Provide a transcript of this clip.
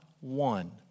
one